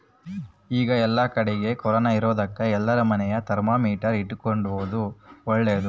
ಈಗ ಏಲ್ಲಕಡಿಗೆ ಕೊರೊನ ಇರೊದಕ ಎಲ್ಲಾರ ಮನೆಗ ಥರ್ಮಾಮೀಟರ್ ಇಟ್ಟುಕೊಂಬದು ಓಳ್ಳದು